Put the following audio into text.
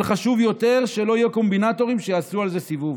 אבל חשוב יותר שלא יהיו קומבינטורים שיעשו על זה סיבוב.